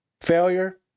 failure